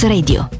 Radio